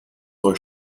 euch